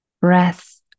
breath